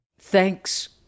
Thanks